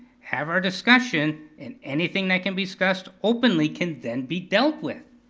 have our discussion, and anything that can be discussed openly can then be dealt with.